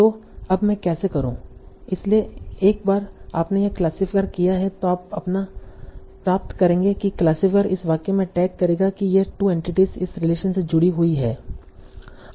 तो अब मैं कैसे करूँ इसलिए एक बार आपने यह क्लासिफायर किया है तो आप अपना प्राप्त करेंगे की क्लासिफायर इस वाक्य में टैग करेगा कि ये 2 एंटिटीस इस रिलेशन से जुड़ी हुई हैं